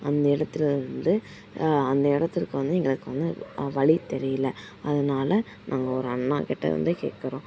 அந்த இடத்துலருந்து அந்த இடத்திற்கு வந்து எங்களுக்கு வந்து வழி தெரியல அதனால நாங்கள் ஒரு அண்ணாக்கிட்ட வந்து கேட்குறோம்